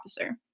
officer